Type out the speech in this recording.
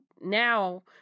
now